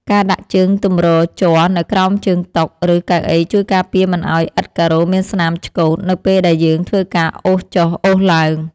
ការដាក់ជើងទម្រជ័រនៅក្រោមជើងតុ ឬកៅអីជួយការពារមិនឱ្យឥដ្ឋការ៉ូមានស្នាមឆ្កូតនៅពេលដែលយើងធ្វើការអូសចុះអូសឡើង។